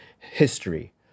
history